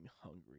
hungry